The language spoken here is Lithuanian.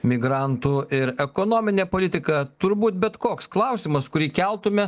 migrantų ir ekonominė politika turbūt bet koks klausimas kurį keltume